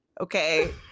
okay